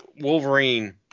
Wolverine